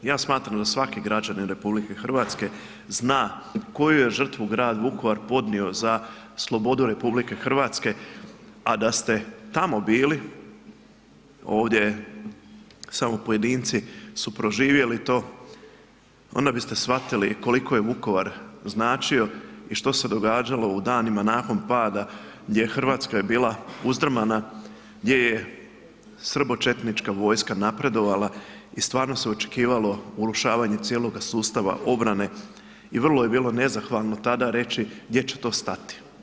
Ja smatram da svaki građanin RH zna koju je žrtvu grad Vukovar podnio za slobodu RH, a da ste tamo bili, ovdje samo pojedinci su proživjeli to, onda biste shvatili koliko je Vukovar značio i što se događalo u danima nakon pada gdje je Hrvatska je bila uzdrmana, gdje je srbočetnička vojska napredovala i stvarno se očekivalo urušavanje cijeloga sustava obrane i vrlo je bilo nezahvalno tada reći gdje će to stati.